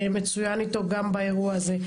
מצוין איתו גם באירוע הזה.